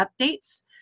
updates